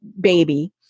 baby